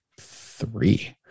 three